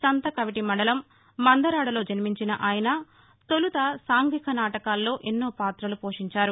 సంతకవిటీ మండలం మందరాడలో జన్మించిన ఆయన తొలుత సాంఘిక నాటకాల్లో ఎన్నో పాత్రలు పోషించారు